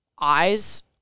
eyes